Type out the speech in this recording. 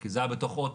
כי זה היה בתוך אוטו.